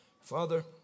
Father